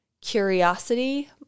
curiosity